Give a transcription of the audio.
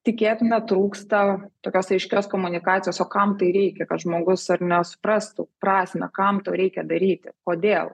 tikėtume trūksta tokios aiškios komunikacijos o kam tai reikia kad žmogus ar ne suprastų prasmę kam to reikia daryti kodėl